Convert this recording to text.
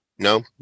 No